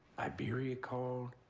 iberia called.